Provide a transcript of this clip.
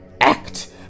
Act